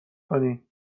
کنین